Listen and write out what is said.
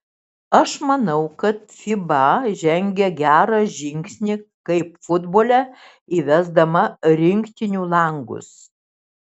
aš manau kad fiba žengė gerą žingsnį kaip futbole įvesdama rinktinių langus